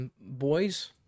boys